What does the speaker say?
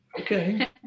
Okay